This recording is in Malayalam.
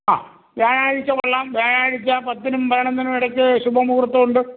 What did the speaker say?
ആ വ്യാഴാഴ്ച കൊള്ളാം വ്യാഴാഴ്ച പത്തിനും പതിനൊന്നിനും ഇടയ്ക്ക് ശുഭ മുഹൂർത്തം ഉണ്ട്